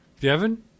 Devin